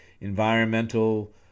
environmental